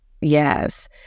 Yes